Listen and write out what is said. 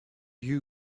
you